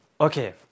Okay